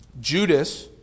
Judas